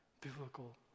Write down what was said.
biblical